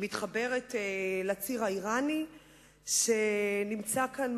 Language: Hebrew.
היא מתחברת לציר האירני שנמצא כאן,